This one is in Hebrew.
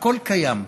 הכול קיים.